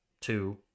two